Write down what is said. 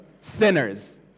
sinners